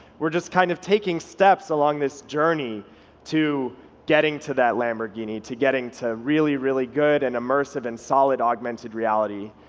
we're just kind of taking steps along this journey to getting to that lamborghini, to getting to really, really good and immersive and solid augmented reality,